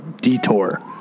Detour